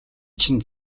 чинь